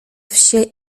wsie